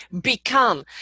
become